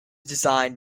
designed